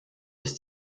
ist